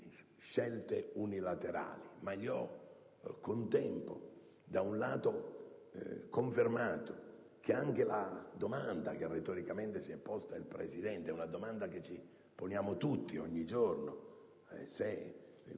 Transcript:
scelte unilaterali. Al contempo, gli ho confermato che anche la domanda che retoricamente si è posta il Presidente è una domanda che ci poniamo tutti, ogni giorno. La